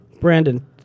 Brandon